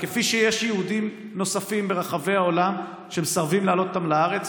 כפי שיש יהודים נוספים ברחבי העולם שמסרבים להעלות אותם לארץ,